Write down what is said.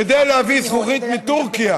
כדי להביא זכוכית מטורקיה,